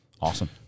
Awesome